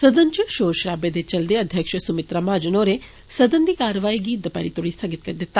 सदन च षोर षराबे दे चलदे अध्यक्ष सुमित्रा महाजन होरें सदन दी कारवाई गी दपेहरी तोड़ी स्थगित करी दिता